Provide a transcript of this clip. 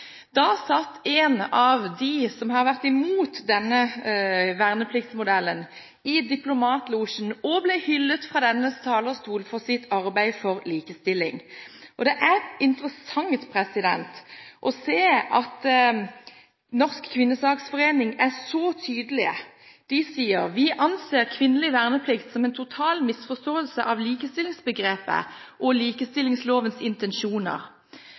da i diplomatlosjen og ble hyllet fra denne talerstolen for sitt arbeid for likestilling. Det er interessant å se at Norsk Kvinnesaksforening er så tydelige. De sier: «NKF anser kvinnelig verneplikt som en total misforståelse av likestillingsbegrepet og likestillingslovas intensjoner.»